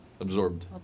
Absorbed